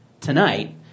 tonight